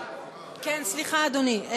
כן, סליחה, אדוני.